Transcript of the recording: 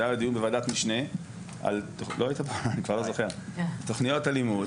זה עלה בדיון בוועדת משנה על תוכניות הלימוד,